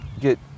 get